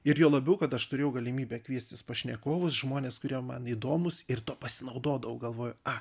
ir juo labiau kad aš turėjau galimybę kviestis pašnekovus žmones kurie man įdomūs ir tuo pasinaudodavau galvoju a